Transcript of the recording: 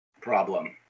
Problem